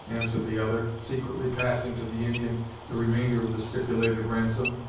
answered the other, secretly passing to the indian the remainder of the stipulated ransom,